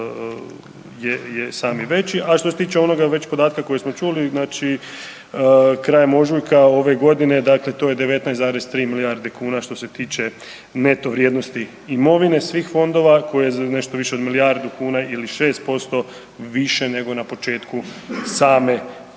je sami veći. A što se tiče onoga već podatka koji smo čuli, znači krajem ožujka ove godine, dakle to je 19,3 milijarde kuna što se tiče neto vrijednosti imovine svih fondova koji je nešto više od milijardu kuna ili 6% više nego na početku same godine.